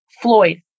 Floyd